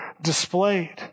displayed